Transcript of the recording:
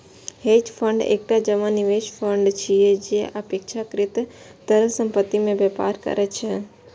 hedge fund एकटा जमा निवेश फंड छियै, जे अपेक्षाकृत तरल संपत्ति मे व्यापार करै छै